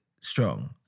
strong